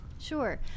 Sure